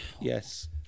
yes